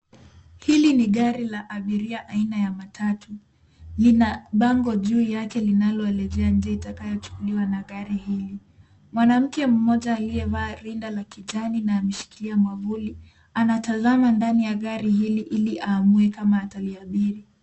Hili ni gari la abiria aina ya matatu. Lina bango juu yake linaloelezea njia itakayochukuliwa na gari hilo. Mwanamke mmoja aliyevaa rinda la kijani na ameshikilia mwavuli anatazama ndani ya gari hili ili aamue kama ataliabiri.